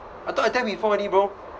I thought I tell before already bro